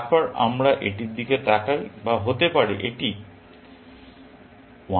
তারপর আমরা এটির দিকে তাকাই বা হতে পারে এটি 1